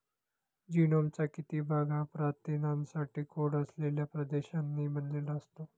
जीनोमचा किती भाग हा प्रथिनांसाठी कोड असलेल्या प्रदेशांनी बनलेला असतो?